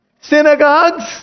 synagogues